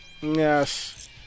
Yes